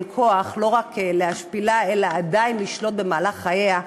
כוח לא רק להשפילה אלא עדיין לשלוט במהלך חייה.